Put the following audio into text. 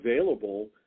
available